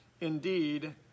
Indeed